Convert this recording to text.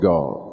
God